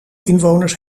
inwoners